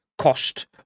Cost